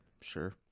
sure